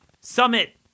Summit